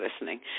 listening